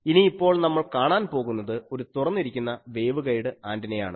ഇനിയിപ്പോൾ നമ്മൾ കാണാൻ പോകുന്നത് ഒരു തുറന്നിരിക്കുന്ന വേവ്ഗൈഡ് ആന്റിനയാണ്